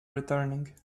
returning